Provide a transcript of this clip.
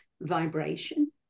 vibration